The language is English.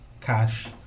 cash